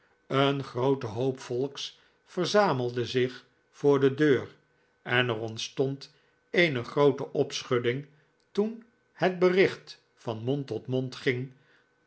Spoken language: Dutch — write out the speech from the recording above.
een groote hoop volks verzamelde zich voor de deur en er ontstond eene groote opschudding toen het berichtvan mond tot mond ging